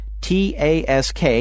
TASK